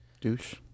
douche